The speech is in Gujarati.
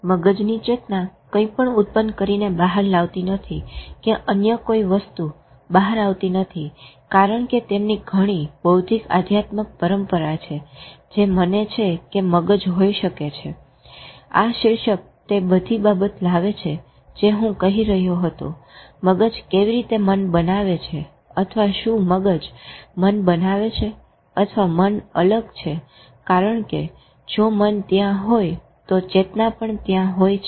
મગજની ચેતના કંઈપણ ઉત્પન કરીને બહાર લાવતી નથી કે અન્ય કોઈ વસ્તુ બહાર આવતી નથી કારણ કે તેમની ઘણી બૌદ્ધિક આધ્યામિક પરંપરા છે જે માને છે કે મગજ મગજ હોઈ શકે છે આ શીર્ષક તે બધી બાબતો લાવે છે જે હું કહી રહ્યો હતો મગજ કેવી રીતે મન બનાવે છે અથવા શું મગજ મન બનાવે છે અથવા મન અલગ છે કારણ કે જો મન ત્યાં હોય તો ચેતના પણ ત્યાં હોય છે